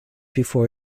before